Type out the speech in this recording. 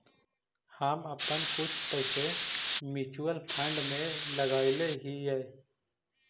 हम अपन कुछ पैसे म्यूचुअल फंड में लगायले हियई